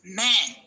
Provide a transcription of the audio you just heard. man